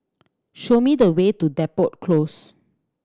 show me the way to Depot Close